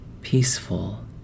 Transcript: peaceful